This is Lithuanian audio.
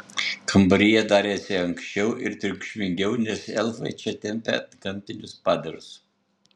kambaryje darėsi ankščiau ir triukšmingiau nes elfai čia tempė antgamtinius padarus